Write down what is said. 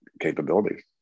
capabilities